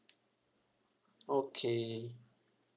okay